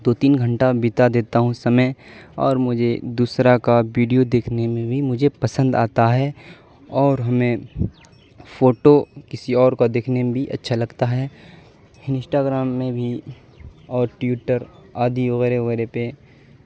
دو تین گھنٹہ بتا دیتا ہوں سمے اور مجھے دوسرا کا بیڈیو دیکھنے میں بھی مجھے پسند آتا ہے اور ہمیں فوٹو کسی اور کو دیکھنے میں بھی اچھا لگتا ہے انسٹاگرام میں بھی اور ٹیوٹر آدی وغیرہ وغیرہ پہ